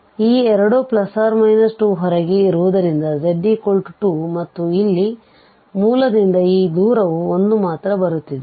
ಈ ಎರಡು ± 2 ಹೊರಗೆ ಇರುವುದರಿಂದ z 2 ಮತ್ತು ಇಲ್ಲಿ ಮೂಲದಿಂದ ಈ ದೂರವು 1 ಮಾತ್ರ ಬರುತ್ತಿದೆ